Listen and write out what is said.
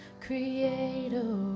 Creator